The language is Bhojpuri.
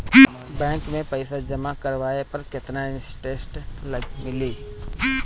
बैंक में पईसा जमा करवाये पर केतना इन्टरेस्ट मिली?